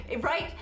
right